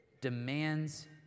demands